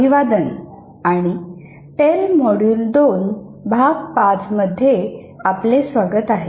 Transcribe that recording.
अभिवादन आणि टेल मॉड्यूल 2 भाग 5 मध्ये आपले स्वागत आहे